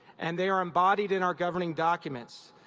and they are embodied in our governing documents,